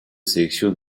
sélections